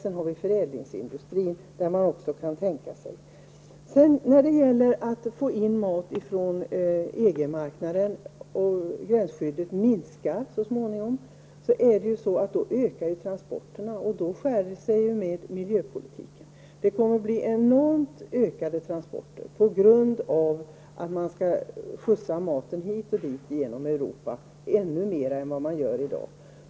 Även inom förädlingsindustrin kan man försöka åstadkomma prissänkningar. Om man minskar gränsskyddet och tar in mer mat från EG-marknaden kommer ju transporterna att öka. Vi kommer då i konflikt med miljöpolitiken. Det blir en enorm ökning av transporterna när maten skall fraktas hit och dit genom Europa i ännu större omfattning än i dag.